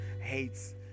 hates